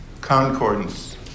Concordance